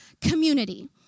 community